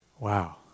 Wow